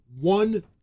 one